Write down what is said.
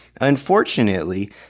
Unfortunately